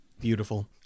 Beautiful